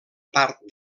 part